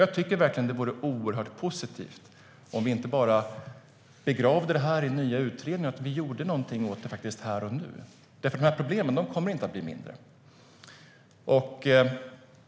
Jag tycker verkligen att det vore mycket positivt om vi inte bara begravde detta i nya utredningar utan att vi faktiskt gjorde någonting åt det här och nu. Dessa problem kommer nämligen inte att bli mindre.